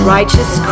righteous